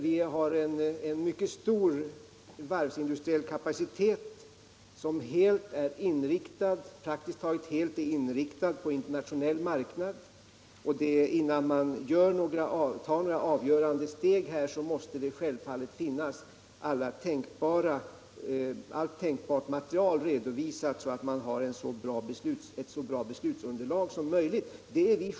Vi har en mycket stor varvsindustriell kapacitet som till stor del är inriktad på en internationell marknad. Innan man tar några avgörande steg måste självfallet allt tänkbart material ha redovisats, så att man har ett så bra beslutsunderlag som möjligt, bl.a. när det gäller möjligheterna till alternativ produktion.